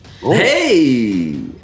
Hey